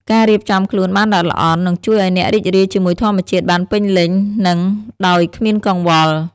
ការរៀបចំខ្លួនបានល្អិតល្អន់ នឹងជួយឲ្យអ្នករីករាយជាមួយធម្មជាតិបានពេញលេញ និងដោយគ្មានកង្វល់។